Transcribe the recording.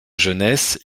jeunesse